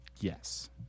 Yes